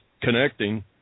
connecting